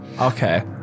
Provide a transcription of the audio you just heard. Okay